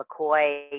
McCoy